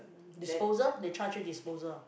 disposal they charge you disposal